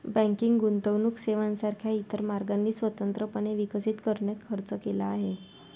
banking गुंतवणूक सेवांसारख्या इतर मार्गांनी स्वतंत्रपणे विकसित करण्यात खर्च केला आहे